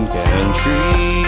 country